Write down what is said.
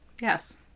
Yes